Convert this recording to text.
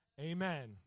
Amen